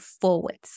forwards